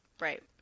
Right